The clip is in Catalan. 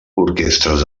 orquestres